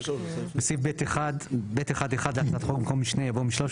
בסעיף (ב1)(1) להצעת החוק במקום 'משני' יבוא 'משלושת',